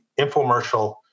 infomercial